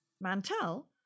Mantel